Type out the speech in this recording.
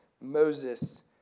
Moses